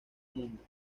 mundo